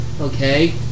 Okay